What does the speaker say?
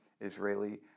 Israeli